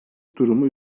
durumu